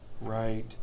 right